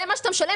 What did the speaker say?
זה מה שהוא משלם,